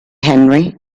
henry